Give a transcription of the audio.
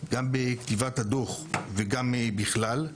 גם בכתיבת הדו"ח וגם בכלל,